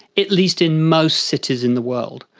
at least in most cities in the world.